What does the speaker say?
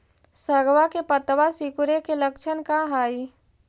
सगवा के पत्तवा सिकुड़े के लक्षण का हाई?